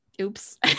Oops